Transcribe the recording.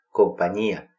compañía